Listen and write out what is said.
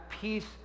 peace